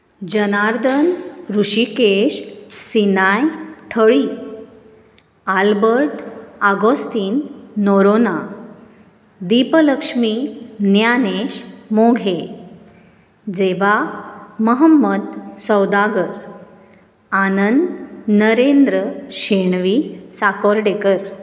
Janardan Hrishikesh Sinai Thali Albert Agostinho Noronha Deepalakshmi Dnyanesh Moghe Zeba Mohammed Saudagar Anand Narendra Shenvi Sakordekar